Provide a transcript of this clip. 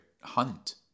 hunt